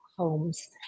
homes